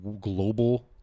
global